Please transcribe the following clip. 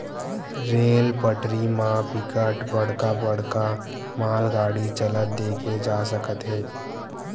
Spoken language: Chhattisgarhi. रेल पटरी म बिकट बड़का बड़का मालगाड़ी चलत देखे जा सकत हे